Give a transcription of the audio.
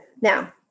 Now